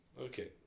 Okay